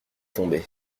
tomber